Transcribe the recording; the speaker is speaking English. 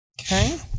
Okay